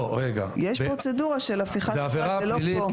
יש פרוצדורה של הפיכה, זה לא פה.